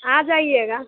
आ जाइएगा